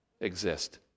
exist